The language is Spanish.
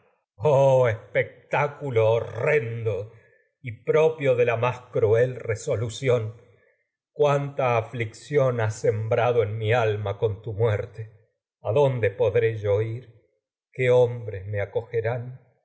espectáculo horrendo y propio has de la más cruel en re solución con cuánta aflicción sembrado mi alma tu muerte adonde podré habiéndote yo ir qué hombres me acogerán tu